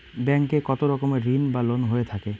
Bank এ কত রকমের ঋণ বা লোন হয়ে থাকে?